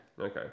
Okay